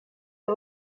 des